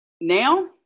now